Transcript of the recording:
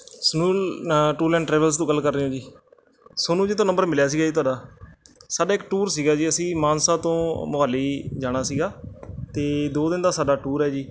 son tour and travel ਤੋਂ ਗੱਲ ਕਰ ਰਹੇ ਹੋ ਜੀ ਸੋਨੂ ਜੀ ਤੋਂ ਨੰਬਰ ਮਿਲਿਆ ਸੀਗਾ ਜੀ ਤੁਹਾਡਾ ਸਾਡਾ ਇੱਕ ਟੂਰ ਸੀਗਾ ਜੀ ਅਸੀਂ ਮਾਨਸਾ ਤੋਂ ਮੋਹਾਲੀ ਜਾਣਾ ਸੀਗਾ ਅਤੇ ਦੋ ਦਿਨ ਦਾ ਸਾਡਾ ਟੂਰ ਹੈ ਜੀ